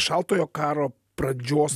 šaltojo karo pradžios